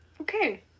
Okay